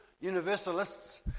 universalists